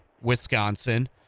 Wisconsin